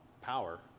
power